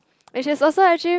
which is also actually